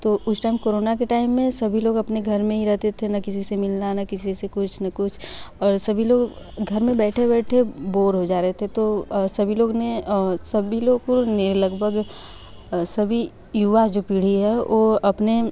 तो उस time corona के टाइम में सभी लोग अपने घर में ही रहते थे न किसी से मिलना न किसी से कुछ न कुछ और सभी लोग घर में बैठे बैठे बोर हो जा रहे थे तो सभी लोग ने और सभी लोगों ने लगभग सभी युवा जो पीढ़ी है